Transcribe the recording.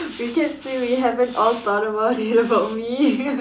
we can't say we all haven't thought about it about me